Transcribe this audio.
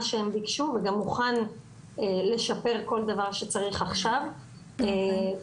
שהם ביקשו וגם מוכן לשפר כל מה שצריך עכשיו ושוב,